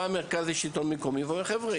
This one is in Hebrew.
בא המרכז לשלטון המקומי ואומר: ״חבר'ה,